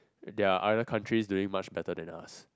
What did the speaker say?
there are other countries doing much better than us